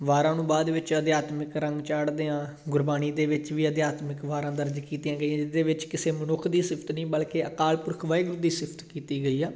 ਵਾਰਾਂ ਨੂੰ ਬਾਅਦ ਵਿੱਚ ਆਧਿਆਤਮਿਕ ਰੰਗ ਚਾੜ੍ਹਦੇ ਹਾਂ ਗੁਰਬਾਣੀ ਦੇ ਵਿੱਚ ਵੀ ਅਧਿਆਤਮਿਕ ਵਾਰਾਂ ਦਰਜ ਕੀਤੀਆਂ ਗਈਆਂ ਜਿਹਦੇ ਵਿੱਚ ਕਿਸੇ ਮਨੁੱਖ ਦੀ ਸਿਫਤ ਨਹੀਂ ਬਲਕਿ ਅਕਾਲ ਪੁਰਖ ਵਾਹਿਗੁਰੂ ਦੀ ਸਿਫਤ ਕੀਤੀ ਗਈ ਆ